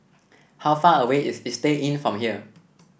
how far away is Istay Inn from here